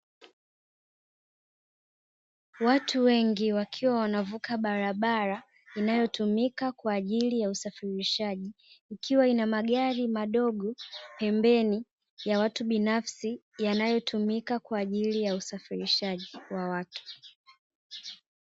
Watu wengi wakiwa wanavuka barabara inayotumika kwa ajili ya usafirishaji, ikiwa ina magari madogo pembeni ya watu binafsi yanayotumika kwa ajili ya usafirishaji wa watu.